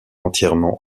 entièrement